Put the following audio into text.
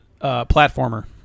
platformer